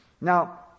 Now